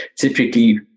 typically